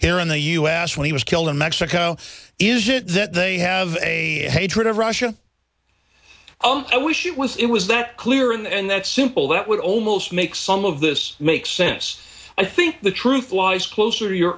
here in the us when he was killed in mexico is it that they have a patron of russia oh i wish it was it was that clear and that simple that would almost make some of this make sense i think the truth lies closer to your